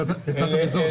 מזל טוב.